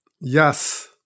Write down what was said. Yes